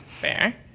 Fair